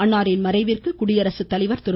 அன்னாரின் மறைவிந்கு குடியரசுத்தலைவர் திரு